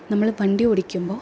നമ്മൾ വണ്ടിയോടിക്കുമ്പോൾ